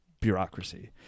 bureaucracy